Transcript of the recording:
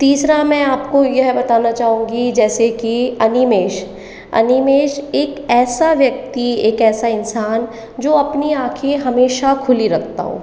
तीसरा मैं आपको यह बताना चाहूँगी जैसे की अनिमेष अनिमेष एक ऐसा व्यक्ति एक ऐसा इंसान जो अपनी आँखें हमेशा खुली रखता हो